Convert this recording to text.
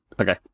Okay